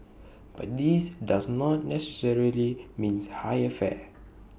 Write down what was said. but this does not necessarily means higher fare